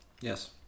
yes